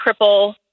cripple